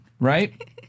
right